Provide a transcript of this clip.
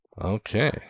okay